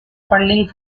funding